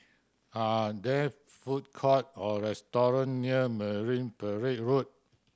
are there food courts or restaurant near Marine Parade Road